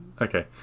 Okay